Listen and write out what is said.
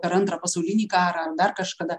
per antrą pasaulinį karą dar kažkada